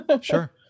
Sure